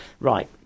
Right